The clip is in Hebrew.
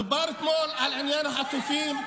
דובר אתמול על עניין החטופים,